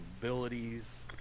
abilities